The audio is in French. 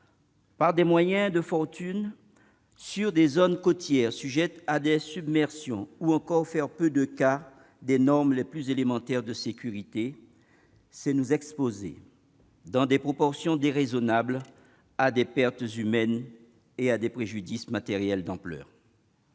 avec des moyens de fortune, sur des zones côtières sujettes à des submersions, ou encore faire peu de cas des normes les plus élémentaires de sécurité, c'est nous exposer, dans des proportions déraisonnables, à des pertes humaines et à des préjudices matériels d'ampleur.